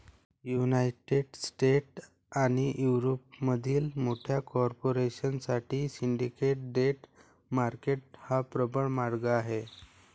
United States आणि युरोपमधील मोठ्या कॉर्पोरेशन साठी सिंडिकेट डेट मार्केट हा प्रबळ मार्ग आहे